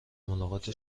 ملاقات